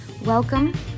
Welcome